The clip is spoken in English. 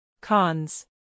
Cons